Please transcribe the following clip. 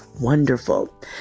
wonderful